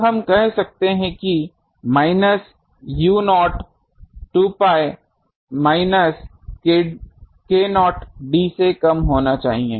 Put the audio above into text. तो हम कह सकते हैं कि minus u0 minus 2 pi minus k0 d से कम होना चाहिए